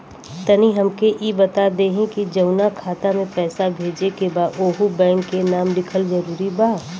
तनि हमके ई बता देही की जऊना खाता मे पैसा भेजे के बा ओहुँ बैंक के नाम लिखल जरूरी बा?